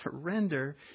surrender